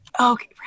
okay